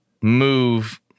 move